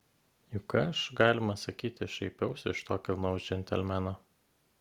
juk aš galima sakyti šaipiausi iš to kilnaus džentelmeno